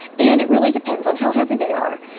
and it really depends on how heavy they are.